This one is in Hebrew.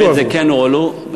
יועברו.